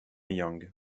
yang